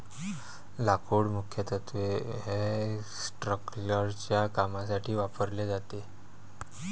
लाकूड मुख्यत्वे स्ट्रक्चरल कामांसाठी वापरले जाते